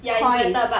Koi is